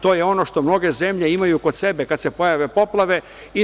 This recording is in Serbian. To je ono što mnoge zemlje imaju kod sebe kada se pojave poplave.